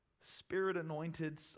Spirit-anointed